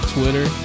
Twitter